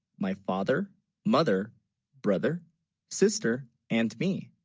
my father mother brother sister and me